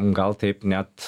gal taip net